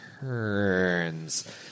turns